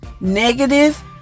negative